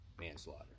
manslaughter